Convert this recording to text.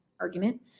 argument